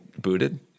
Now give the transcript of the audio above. booted